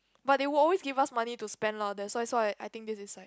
but they will always give us money to spend lah that's why so I I think this is like